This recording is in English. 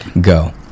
go